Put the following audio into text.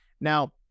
Now